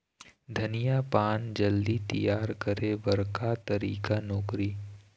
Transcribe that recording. धनिया पान जल्दी तियार करे बर का तरीका नोकरी?